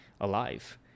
alive